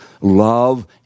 Love